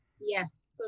Yes